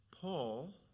Paul